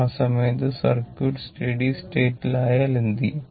ആ സമയത്ത് circuit steady സ്റ്റേറ്റിൽ ആയാൽ എന്തു ചെയ്യും